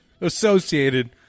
Associated